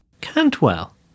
Cantwell